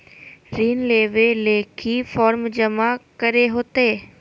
ऋण लेबे ले की की फॉर्म जमा करे होते?